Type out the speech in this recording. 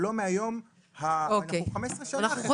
תודה.